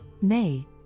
Nay